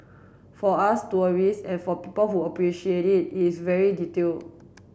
for us tourists and for people who appreciate it is very detail